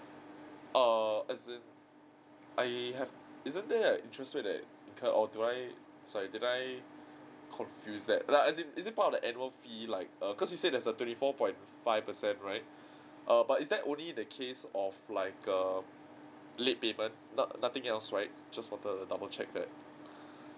uh as in I have isn't there interest rate that incurred or do I sorry did I confused that as in is it is it part of the annual fee like err cause you said there's a twenty four point five percent right err but is that only the case of like um late payment not~ nothing else right just wanted to double check that